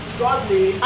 godly